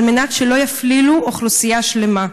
על מנת שלא יפלילו אוכלוסייה שלמה?